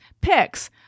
picks